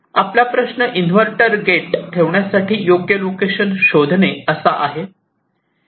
आपला प्रश्न inverter gate ठेवण्यासाठी योग्य असे लोकेशन शोधणे असा आहे